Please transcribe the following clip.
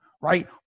right